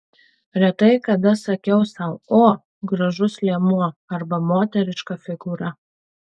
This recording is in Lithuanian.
retai kada sakiau sau o gražus liemuo arba moteriška figūra